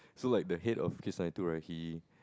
so like the head of kiss ninety two right he